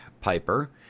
Piper